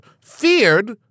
feared